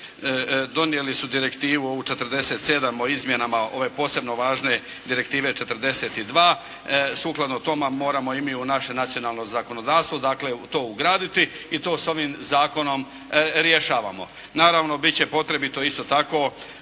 donijeli direktivu ovu 47. o izmjenama ove posebno važne direktive 42. sukladno tome moramo i mi u naše nacionalno zakonodavstvo dakle, to ugraditi i to s ovim zakonom rješavamo. Naravno, biti će potrebito isto tako